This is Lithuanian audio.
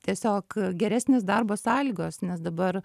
tiesiog geresnės darbo sąlygos nes dabar